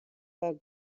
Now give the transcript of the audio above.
for